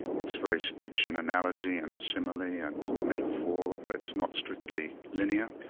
it's very rich in analogy and simile and metaphor, it's not strictly linear.